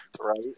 right